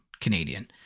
Canadian